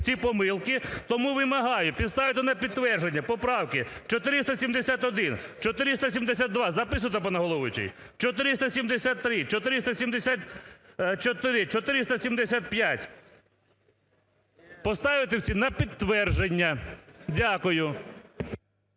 Тому вимагаємо поставити на підтвердження поправки 471, 472 – записуйте, пане головуючий, – 473, 474, 475. Поставити всі на підтвердження.